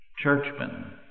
churchmen